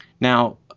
Now